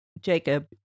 Jacob